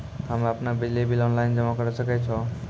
हम्मे आपनौ बिजली बिल ऑनलाइन जमा करै सकै छौ?